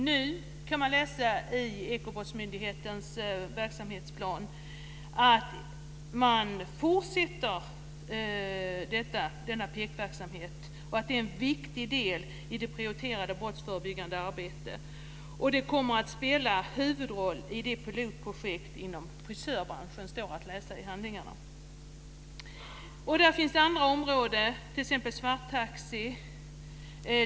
Nu kan man läsa i Ekobrottsmyndighetens verksamhetsplan att man fortsätter denna PEK-verksamhet och att den är en viktig del i det prioriterade brottsförebyggande arbetet, och den kommer att spela en huvudroll i pilotprojekt inom frisörbranschen. Det står att läsa i handlingarna. Och det finns andra områden, t.ex. det som rör svarttaxi.